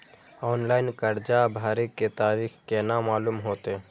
Online कर्जा भरे के तारीख केना मालूम होते?